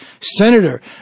senator